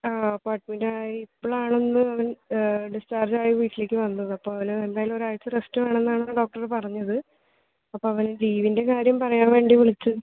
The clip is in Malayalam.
ആ അപ്പോൾ അഡ്മിറ്റ് ആയി ഇപ്പോഴാണ് ഒന്ന് അവൻ ഡിസ്ചാർജ് ആയി വീട്ടിലേക്ക് വന്നത് അപ്പോൾ അവന് എന്തായാലും ഒരാഴ്ച റെസ്റ്റ് വേണം എന്നാണ് ഡോക്ടർ പറഞ്ഞത് അപ്പോൾ അവന് ലീവിൻ്റെ കാര്യം പറയാൻ വേണ്ടി വിളിച്ചതാണ്